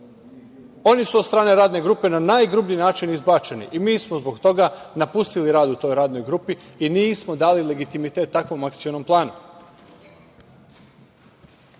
Oni su od strane radne grupe na najgrublji način izbačeni i mi smo zbog toga napustili rad u toj radnoj grupi i nismo dali legitimitet takvom Akcionom